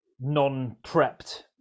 non-prepped